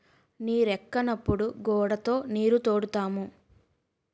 నీరెక్కనప్పుడు గూడతో నీరుతోడుతాము